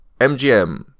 MGM